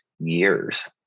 years